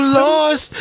lost